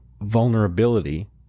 vulnerability